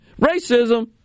Racism